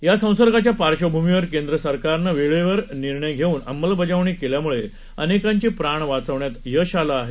या संसर्गाच्या पार्श्वभूमीवर केंद्र सरकारनं वेळेवर निर्णय घेऊन अंमलबजावणी केल्यामुळे अनेकांचे प्राण वाचवण्यात यश आलं आहे